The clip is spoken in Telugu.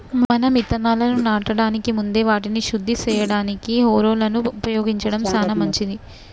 మనం ఇత్తనాలను నాటడానికి ముందే వాటిని శుద్ది సేయడానికి హారొలను ఉపయోగించడం సాన మంచిది